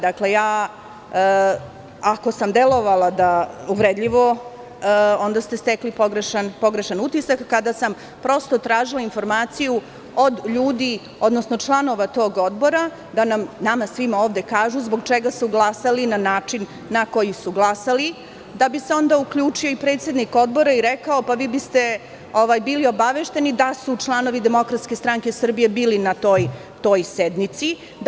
Dakle, ako sam delovala uvredljivo onda ste stekli pogrešan utisak, kada sam prosto tražila informaciju od ljudi, odnosno članova tog odbora da nama svima ovde kažu zbog čega su glasali na način na koji su glasali, da bi se onda uključio i predsednik Odbora i rekao – pa vi biste bili obavešteni da su članovi DSS bili na toj sednici.